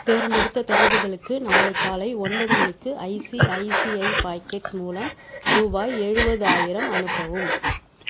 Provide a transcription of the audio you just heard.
தேர்ந்தெடுத்த தொடர்புகளுக்கு நாளை காலை ஒன்பது மணிக்கு ஐசிஐசிஐ பாக்கெட்ஸ் மூலம் ரூபாய் எழுபதாயிரம் அனுப்பவும்